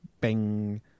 Bing